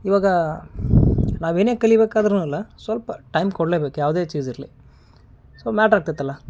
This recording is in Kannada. ಇವಾಗಾ ನಾವು ಏನೇ ಕಲಿಬೇಕಾದ್ರುನಲ್ಲಾ ಸ್ವಲ್ಪ ಟೈಮ್ ಕೊಡ್ಲೆಬೇಕು ಯಾವುದೇ ಚೀಝಿರ್ಲಿ ಸೋ ಮ್ಯಾಟ್ರ್ ಆಗ್ತೈತಲ್ಲ